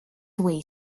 away